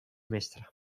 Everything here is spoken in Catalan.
mestra